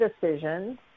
decisions